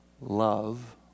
love